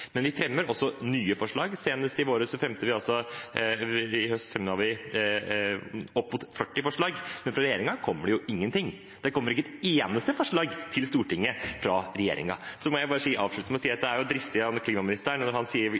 Men vi fremmer også nye forslag. Senest i vår og i høst fremmet vi opp mot 40 forslag. Fra regjeringen kommer ingenting, det kommer ikke et eneste forslag til Stortinget fra regjeringen. Jeg vil avslutte med å si det er dristig av klimaministeren, når han sier